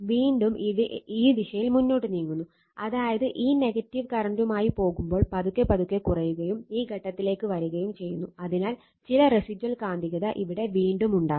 വീണ്ടും ഈ ദിശയിൽ മുന്നോട്ട് നീങ്ങുന്നു അതായത് ഈ നെഗറ്റീവ് കറന്റുമായി പോകുമ്പോൾ പതുക്കെ പതുക്കെ കുറയുകയും ഈ ഘട്ടത്തിലേക്ക് വരികയും ചെയ്യുന്നു അതിനാൽ ചില റെസിജ്വൽ കാന്തികത ഇവിടെ വീണ്ടും ഉണ്ടാകും